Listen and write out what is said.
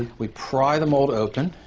we pry the mould open.